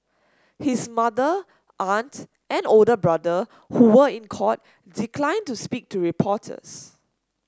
his mother aunt and older brother who were in court declined to speak to reporters